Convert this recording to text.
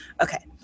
Okay